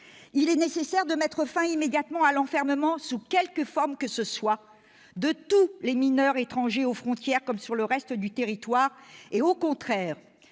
il est nécessaire de mettre fin immédiatement à l'enfermement, sous quelque forme que ce soit, de tous les mineurs étrangers, aux frontières comme sur le reste du territoire, et au contraire